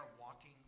walking